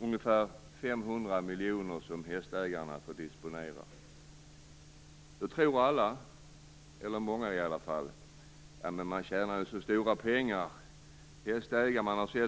ungefär 500 miljoner kronor som hästägarna får disponera. Då tycker alla, eller många i alla fall, att hästägarna tjänar ju så stora pengar.